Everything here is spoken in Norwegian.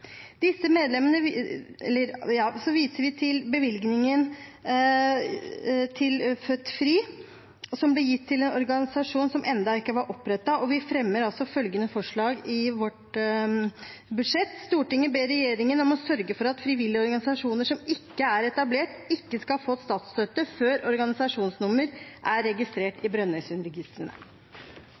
viser også til bevilgningen til Født Fri, som ble gitt til en organisasjon som ennå ikke var opprettet, og vi fremmer altså følgende forslag: Stortinget ber regjeringen om å sørge for at frivillige organisasjoner som ikke er etablert, ikke skal få statsstøtte før organisasjonsnummer er registrert i